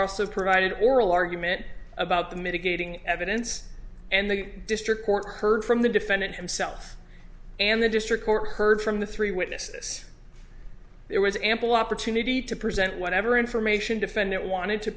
also provided oral argument about the mitigating evidence and the district court heard from the defendant himself and the district court heard from the three witnesses there was ample opportunity to present whatever information defendant wanted to